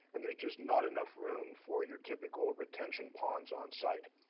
and there's just not enough room for your typical retention ponds onsite.